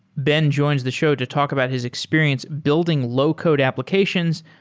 ben joins the show to talk about his experience building low-code applications,